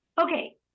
Okay